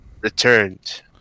returned